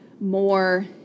more